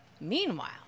Meanwhile